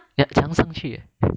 ya 怎样上去